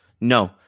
no